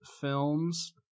films